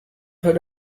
heard